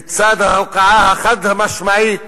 לצד ההוקעה החד-משמעית